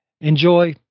Enjoy